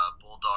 Bulldog